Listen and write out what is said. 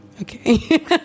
okay